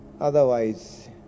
otherwise